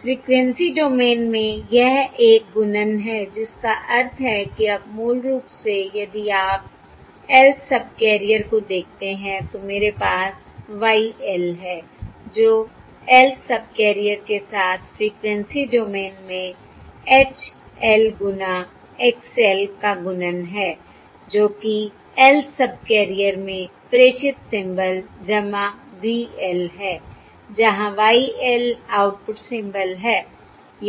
frequency domain में यह एक गुणन है जिसका अर्थ है कि अब मूल रूप से यदि आप lth सबकैरियर को देखते हैं तो मेरे पास Y l है जो lth सबकैरियर के साथ फ़्रीक्वेंसी डोमेन में H l गुना X l का गुणन है जो कि lth सबकैरियर में प्रेषित सिंबल v l है जहां Y l आउटपुट सिंबल है